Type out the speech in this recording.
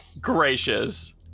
Gracious